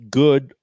good